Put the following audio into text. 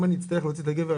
אם אצטרך להוציא את הגבר,